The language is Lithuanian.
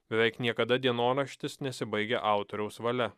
beveik niekada dienoraštis nesibaigia autoriaus valia